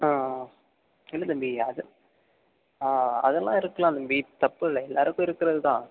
ஆ இல்லை தம்பி அது ஆ அதெலாம் இருக்லாம் தம்பி தப்பில்லை எல்லாருக்கும் இருக்கிறதுதான்